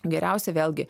geriausia vėlgi